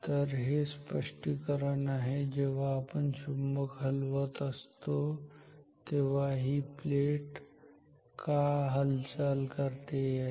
तर हे स्पष्टीकरण आहे जेव्हा आपण हे चुंबक हलवत असतो तेव्हा ही प्लेट का हालचाल करते याचे